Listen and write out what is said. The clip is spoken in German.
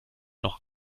noch